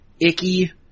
icky